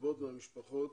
רבות מהמשפחות